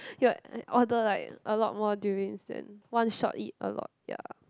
ya and order like a lot more durians then one shot eat a lot ya